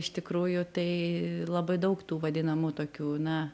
iš tikrųjų tai labai daug tų vadinamų tokių na